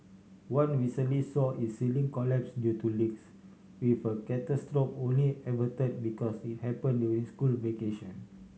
one recently saw its ceiling collapse due to leaks with a catastrophe only averted because it happen during school vacation